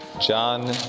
John